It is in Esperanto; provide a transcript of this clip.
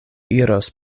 iros